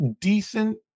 decent